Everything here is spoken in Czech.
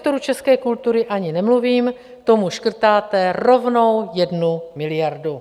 O sektoru české kultury ani nemluvím, tomu škrtáte rovnou jednu miliardu.